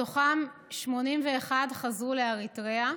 מתוכם 81 חזרו לאריתריאה,